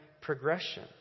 progression